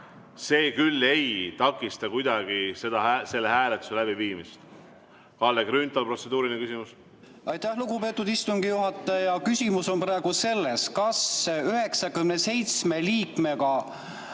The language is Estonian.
see küll ei takista kuidagi selle hääletuse läbiviimist. Kalle Grünthal, protseduuriline küsimus. Aitäh, lugupeetud istungi juhataja! Küsimus on selles, kas 97 liikmega